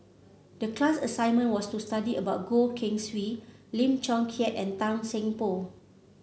the class assignment was to study about Goh Keng Swee Lim Chong Keat and Tan Seng Poh